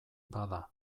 bada